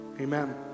Amen